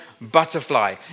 butterfly